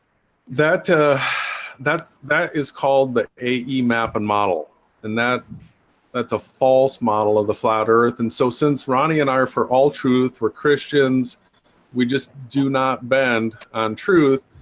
that ah that that is called the ae map and model and that that's a false model of the flat earth and so since ronnie and i are for all truth. we're christians we just do not bend on truth.